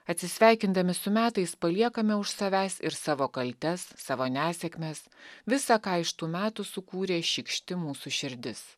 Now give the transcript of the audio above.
atsisveikindami su metais paliekame už savęs ir savo kaltes savo nesėkmes visa ką iš tų metų sukūrė šykšti mūsų širdis